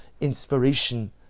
inspiration